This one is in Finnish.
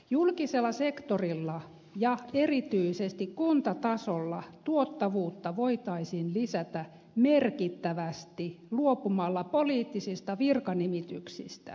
julkisella sektorilla ja erityisesti kuntatasolla tuottavuutta voitaisiin lisätä merkittävästi luopumalla poliittisista virkanimityksistä